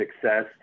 success